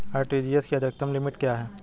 RTGS की अधिकतम limit क्या है?